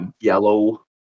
yellow